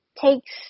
takes